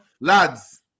Lads